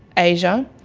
asia,